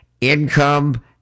income